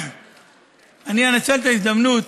אני אנצל את ההזדמנות,